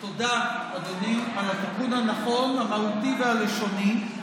תודה, אדוני, על התיקון הנכון, המהותי והלשוני.